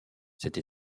cette